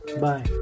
Bye